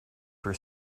for